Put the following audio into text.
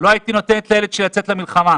לא הייתי נותנת לילד שלי לצאת מלחמה.